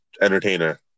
entertainer